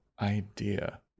idea